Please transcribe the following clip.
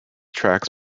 tracks